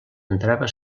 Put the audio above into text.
entrava